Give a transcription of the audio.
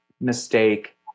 mistake